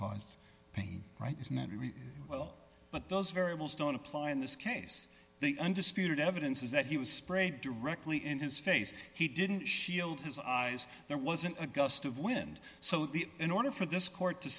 caused pain right is not written well but those variables don't apply in this case the undisputed evidence is that he was sprayed directly in his face he didn't shield his eyes there wasn't a gust of wind so the in order for this court to